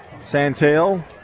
Santel